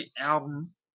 albums